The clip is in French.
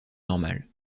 normale